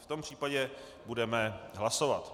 V tom případě budeme hlasovat.